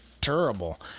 terrible